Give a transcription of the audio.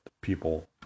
people